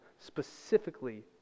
specifically